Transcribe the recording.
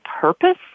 purpose